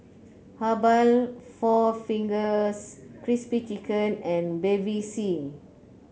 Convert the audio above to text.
Habhal four Fingers Crispy Chicken and Bevy C